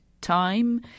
time